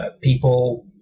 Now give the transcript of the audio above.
People